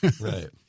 Right